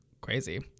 crazy